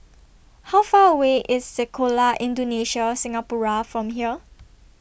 How Far away IS Sekolah Indonesia Singapura from here